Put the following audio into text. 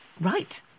right